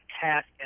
task